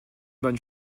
bonne